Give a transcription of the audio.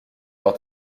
leur